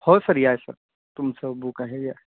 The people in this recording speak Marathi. हो सर या सर तुमचं बुक आहे या